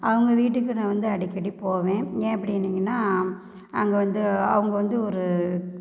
அவங்கள் வீட்டுக்கு நான் வந்து அடிக்கடி போவேன் ஏன் அப்படின்னிங்கன்னா அங்கே வந்து அவங்க வந்து ஒரு